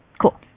Cool